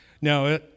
Now